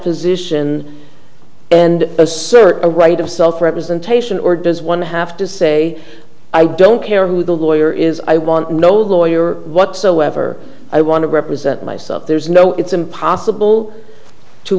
position and assert a right of self representation or does one have to say i don't care who the lawyer is i want no lawyer whatsoever i want to represent myself there's no it's impossible to